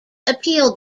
appealed